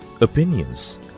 opinions